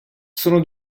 sono